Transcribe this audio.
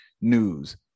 news